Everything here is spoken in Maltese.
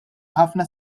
ħafna